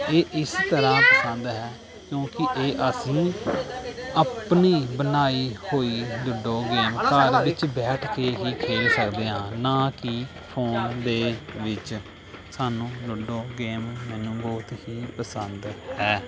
ਇਹ ਇਸ ਤਰ੍ਹਾਂ ਪਸੰਦ ਹੈ ਕਿਉਂਕਿ ਇਹ ਅਸੀਂ ਆਪਣੀ ਬਣਾਈ ਹੋਈ ਲੂਡੋ ਗੇਮ ਘਰ ਵਿੱਚ ਬੈਠ ਕੇ ਹੀ ਖੇਡ ਸਕਦੇ ਹਾਂ ਨਾ ਕਿ ਫੋਨ ਦੇ ਵਿੱਚ ਸਾਨੂੰ ਲੂਡੋ ਗੇਮ ਮੈਨੂੰ ਬਹੁਤ ਹੀ ਪਸੰਦ ਹੈ